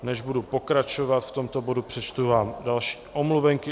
Než budu pokračovat v tomto bodu, přečtu vám další omluvenky.